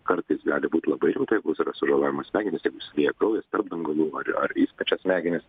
kartais gali būt labai jau taigus yra sužalojamos smegenys tai bus lieja kraujas tarp dangalų ar ar į pačias smegenis